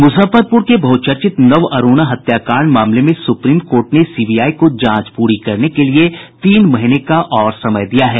मूजफ्फरपुर के बहचर्चित नवरूणा हत्याकांड मामले में सुप्रीम कोर्ट ने सीबीआई को जांच पूरी करने के लिए तीन महीने का और समय दिया है